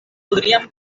podríem